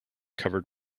covered